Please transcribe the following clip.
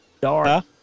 dark